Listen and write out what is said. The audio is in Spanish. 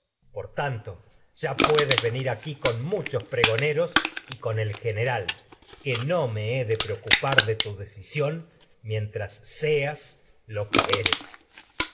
por tanto con puedes venir no con muchos preocu pregoneros y par el general que he de de tu decisión mientras seas lo que eres